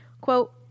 Quote